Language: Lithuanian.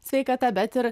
sveikata bet ir